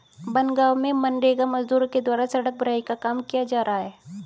बनगाँव में मनरेगा मजदूरों के द्वारा सड़क भराई का काम किया जा रहा है